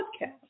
podcast